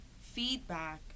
feedback